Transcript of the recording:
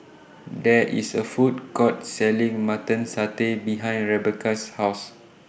There IS A Food Court Selling Mutton Satay behind Rebecca's House